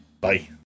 Bye